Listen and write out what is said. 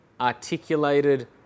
articulated